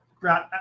right